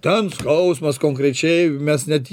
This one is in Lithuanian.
ten skausmas konkrečiai mes net jį